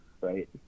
right